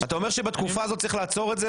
אתה אומר שבתקופה הזאת צריך לעצור את זה.